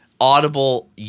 audible